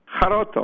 haroto